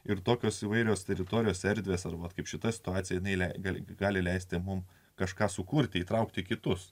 ir tokios įvairios teritorijos erdvės arba kaip šita situacija ir meiliai gali gali leisti mums kažką sukurti įtraukti kitus